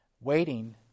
waiting